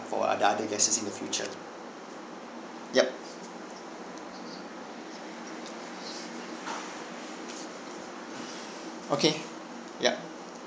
for ot~ the other guests in the future yup okay yup